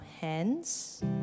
hands